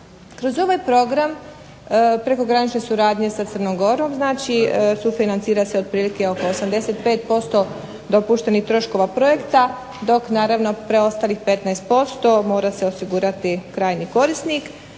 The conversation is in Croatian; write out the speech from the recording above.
Kroz ovaj program prekogranične suradnje sa Crnom Gorom, znači sufinancira se otprilike oko 85% dopuštenih troškova projekta, dok naravno preostalih 15% mora se osigurati krajnji korisnik